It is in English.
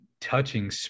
touching